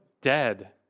Dead